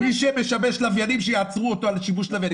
שמשבש לוויינים, שיעצרו אותו על שיבוש לוויינים.